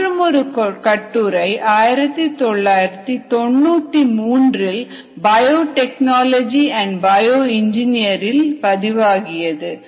மற்றுமொரு கட்டுரை1993 இல் biotechnology and bioengineering இல் பதிவாகியது